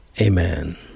Amen